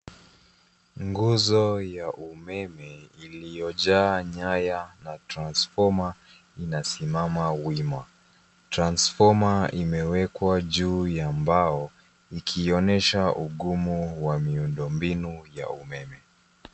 Nguzo ya umeme iliyojaa nyaya na transfoma inasimama wima. Transfoma imewekwa juu ya mbao, ikionesha ugumu wa miundombinu ya umeme.